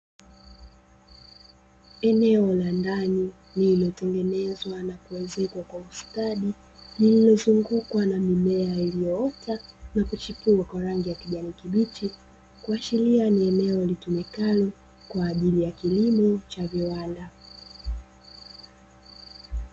Eneo la ndani lililotengenezwa na kuezekwa kwa ustadi, lililozungukwa na mimea iliyoota na kuchipua kwa rangi ya kijani kibichi, kuashiria ni eneo litumikalo kwa ajili ya kilimo cha viwanda.